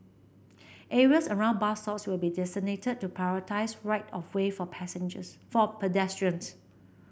areas around bus stops will be designated to prioritise right of way for passengers for pedestrians